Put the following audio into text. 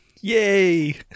Yay